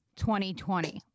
2020